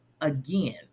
again